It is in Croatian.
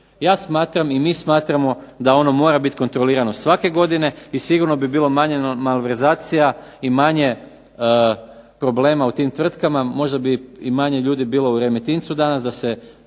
Ja smatram i mi smatramo da ono mora biti kontrolirano svake godine. I sigurno bi bilo manje malverzacija i manje problema u tim tvrtkama. Možda bi i manje ljudi bilo u Remetincu danas da se